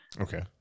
okay